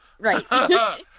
Right